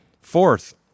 Fourth